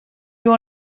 you